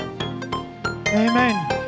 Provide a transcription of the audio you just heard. amen